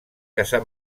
caçar